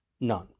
None